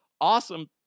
awesome